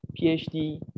PhD